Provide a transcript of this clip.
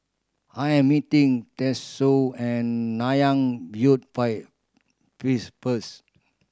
I am meeting Tatsuo an Nanyang View fire please first